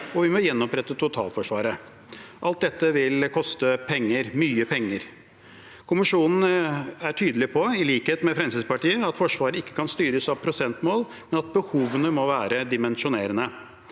– Vi må gjenopprette totalforsvaret. Alt dette vil koste penger, mye penger. Kommisjonen er – i likhet med Fremskrittspartiet – tydelig på at Forsvaret ikke kan styres av prosentmål, men at behovene må være dimensjonerende.